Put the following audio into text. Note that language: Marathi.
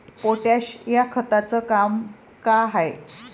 पोटॅश या खताचं काम का हाय?